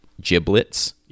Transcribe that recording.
giblets